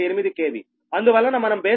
8 KVఅందువలన మనం base voltage VB1 13